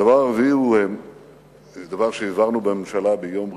הדבר הרביעי הוא דבר שהעברנו בממשלה ביום ראשון,